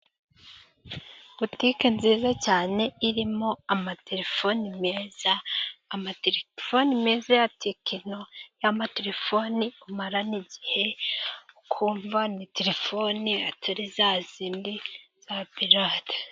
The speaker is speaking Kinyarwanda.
Butiki nziza cyane irimo amatelefoni meza. Amatelefoni meza ya tekino, ya matelefoni umarana igihe ukumva ni telefoni atari za zindi za pirate.